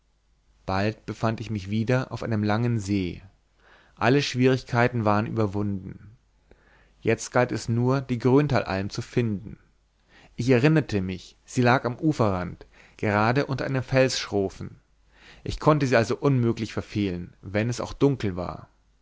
bald befand ich mich wieder auf einem langen see alle schwierigkeiten waren überwunden jetzt galt es nur die gröntalalm zu finden ich erinnerte mich sie lag am uferrand gerade unter einem felsschrofen ich konnte sie also unmöglich verfehlen wenn es auch dunkel war